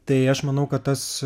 tai aš manau kad tas